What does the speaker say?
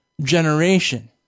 generation